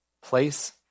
Place